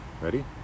Ready